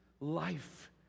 life